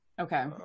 Okay